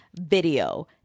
video